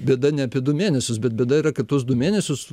bėda ne apie du mėnesius bet bėda yra kad tuos du mėnesius